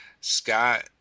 Scott